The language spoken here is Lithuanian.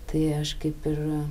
tai aš kaip ir